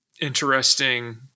interesting